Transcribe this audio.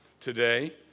today